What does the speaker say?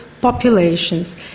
populations